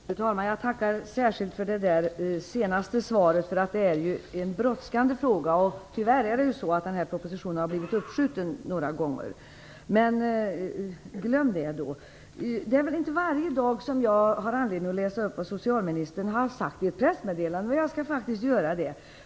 Fru talman! Jag tackar särskilt för det senaste svaret. Detta är ju en brådskande fråga. Det är ju tyvärr så att den här propositionen har blivit uppskjuten några gånger. Det är inte varje dag som jag har anledning att läsa upp vad socialministern har sagt i ett pressmeddelande, men jag skall faktiskt göra det.